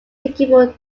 taken